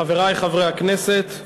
חברי חברי הכנסת,